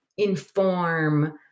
inform